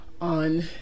on